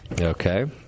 Okay